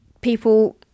people